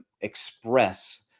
express